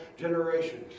generations